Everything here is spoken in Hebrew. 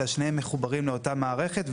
אלא שניהם מחוברים לאותה מערכת,